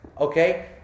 okay